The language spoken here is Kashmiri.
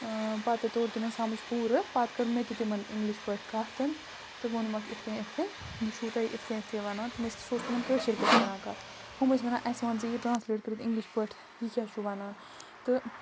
پَتہٕ توٚر تِمَن سَمٕج پوٗرٕ پَتہٕ کٔر مےٚ تہِ تِمَن اِنٛگلِش پٲٹھۍ کَتھ تہٕ ووٚنمَکھ یِتھ کَنۍ یِتھ کَنۍ یہِ چھُو تۄہہِ یِتھ کَنۍ یِتھ کَنۍ وَنان کہِ سُہ اوس تِمَن کٲشِر پٲٹھۍ کَران کَتھ ہُم ٲسۍ وَنان اَسہِ وَن ژٕ یہِ ٹرٛانسلیٹ کٔرِتھ اِنٛگلِش پٲٹھۍ یہِ کیٛاہ چھُ وَنان تہٕ